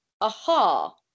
aha